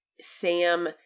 sam